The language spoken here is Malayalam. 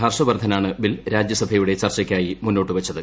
ഹർഷവർദ്ധനാണ് ബിൽ രാജ്യസഭയുടെ ചർച്ചയ്ക്കായി മൂന്നോട്ട് വച്ചത്